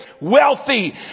wealthy